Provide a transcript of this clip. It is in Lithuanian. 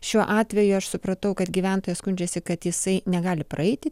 šiuo atveju aš supratau kad gyventojai skundžiasi kad jisai negali praeiti